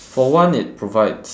for one it provides